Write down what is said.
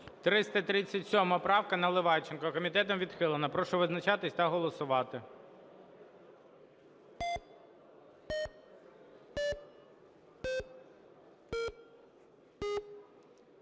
337 правка, Наливайченко, комітетом відхилена. Прошу визначатись та голосувати.